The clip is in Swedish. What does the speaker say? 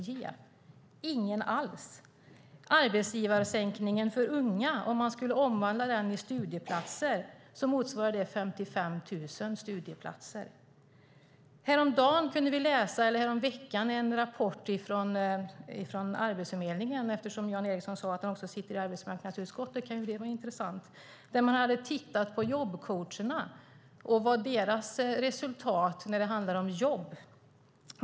Och skulle man omvandla arbetsgivaravgiftssänkningen för unga till studieplatser motsvarar det 55 000 studieplatser. Häromveckan kunde vi läsa en rapport från Arbetsförmedlingen som kan vara intressant för Jan Ericson som också sitter i arbetsmarknadsutskottet. Man hade tittat på jobbcoacherna och deras resultat vad gäller jobb.